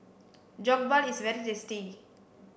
jokbal is very tasty